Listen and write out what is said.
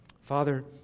Father